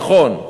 נכון,